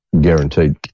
guaranteed